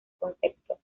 concepto